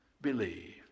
believe